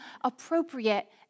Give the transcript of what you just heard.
appropriate